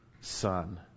son